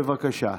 בבקשה.